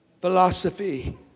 philosophy